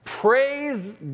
Praise